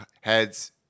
heads